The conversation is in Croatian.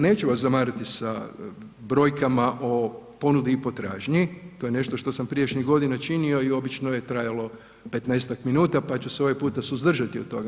Neću vas zamarati sa brojkama o ponudi potražnji, to je nešto što sam prijašnjih godina činio i obično je trajalo 15-tak minuta, pa ću se ovaj puta suzdržati od toga.